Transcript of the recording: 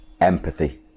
Empathy